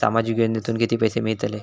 सामाजिक योजनेतून किती पैसे मिळतले?